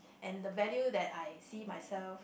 and the value that I see myself